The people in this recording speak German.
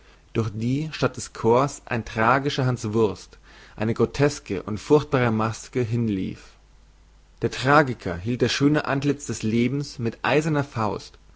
durch die statt des chors ein tragischer hanswurst eine groteske und furchtbare maske hinlief der tragiker hielt das schöne antliz des lebens mit eiserner faust